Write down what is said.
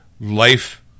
life